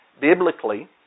Biblically